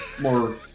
more